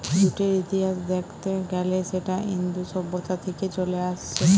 জুটের ইতিহাস দেখত গ্যালে সেটা ইন্দু সভ্যতা থিকে চলে আসছে